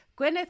Gwyneth